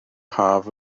haf